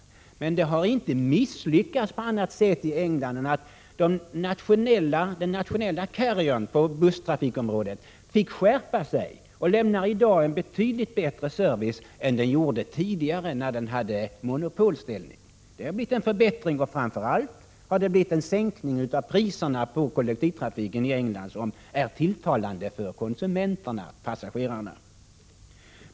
I England har det inte misslyckats på annat sätt än att den nationella carriern på busstrafikområdet fick skärpa sig. Den lämnar i dag en betydligt bättre service än den gjorde tidigare när den hade monopolställning. Det har blivit en förbättring. Framför allt har priserna inom kollektivtrafiken i England sänkts, vilket är tilltalande för konsumenterna-passagerarna.